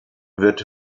wird